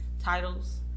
titles